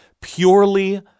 purely